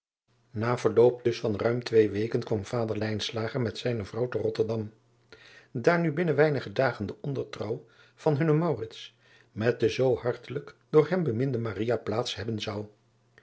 a verloop dus van ruim twee weken kwam vader met zijne vrouw te otterdam daar nu binnen weinige dagen de ondertrouw van hunnen met de zoo hartelijk door hem beminde plaats hebben zou